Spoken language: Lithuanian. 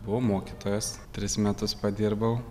buvau mokytojas tris metus padirbau